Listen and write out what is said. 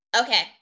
Okay